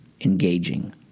engaging